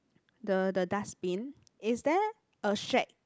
the the dustbin is there a shack